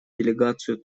делегацию